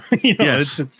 Yes